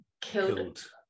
killed